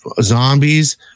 zombies